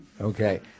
Okay